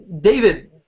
David